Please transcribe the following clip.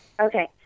Okay